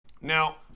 Now